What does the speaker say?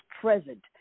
present